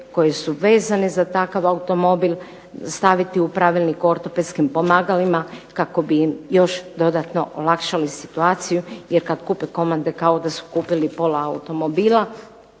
koje su vezane za takav automobil staviti u Pravilnik o ortopedskim pomagalima kako bi im još dodatno olakšali situaciju jer kad kupe komande kao da su kupili pola automobila.